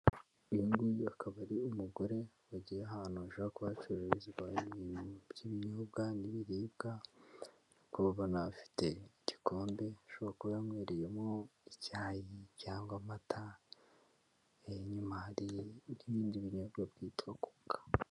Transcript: Uyu nguyu akaba ari umugore wagiye ahantu hashobora kuba hacururizwa ibintu by'ibinyobwa n'ibiribwa, ubona ko afite igikombe ashora kuba yanywereyemo icyayi cyangwa amata, iyuma hari ibindi binyobwa byitwa koka.